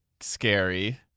scary